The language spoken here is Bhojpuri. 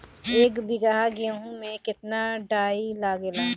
एक बीगहा गेहूं में केतना डाई लागेला?